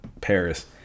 Paris